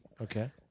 Okay